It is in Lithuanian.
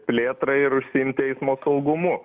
plėtrą ir užsiimti eismo saugumu